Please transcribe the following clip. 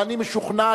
ואני משוכנע,